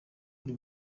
uri